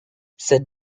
cette